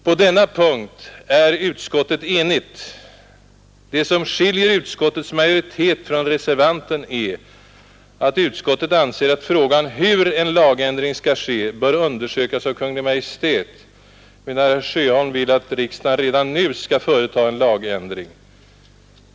På denna punkt är utskottet enigt. Det som skiljer utskottets majoritet från reservanten är att utskottet anser att frågan hur en lagändring skall ske bör undersökas av Kungl. Maj:t, medan herr Sjöholm vill att riksdagen redan nu skall företa en lagändring.